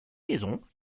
maison